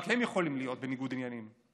רק הם יכולים להיות בניגוד עניינים.